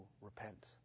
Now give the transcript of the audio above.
repent